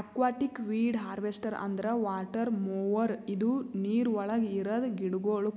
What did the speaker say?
aquatic weed harvester ಅಂದ್ರ water mower ಇದು ನೀರವಳಗ್ ಇರದ ಗಿಡಗೋಳು